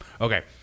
Okay